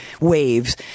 waves